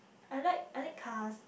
I like I like cars